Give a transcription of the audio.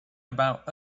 about